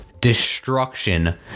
destruction